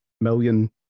million